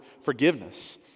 Forgiveness